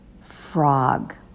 Frog